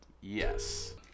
Yes